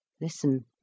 Listen